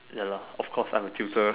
ya lah of course I'm a tutor